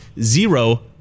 zero